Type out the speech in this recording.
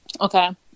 Okay